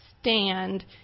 stand